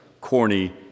corny